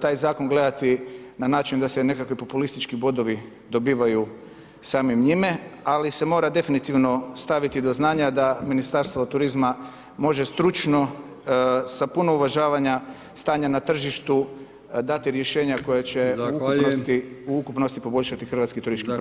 taj Zakon gledati na način da se nekakvi populistički bodovi dobivaju samim njime, ali se mora definitivno staviti do znanja da Ministarstvo turizma može stručno sa puno uvažavanja stanja na tržištu dati rješenja koja će u ukupnosti poboljšati hrvatski turistički proizvod.